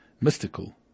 Mystical